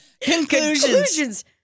Conclusions